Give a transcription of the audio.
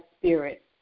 spirit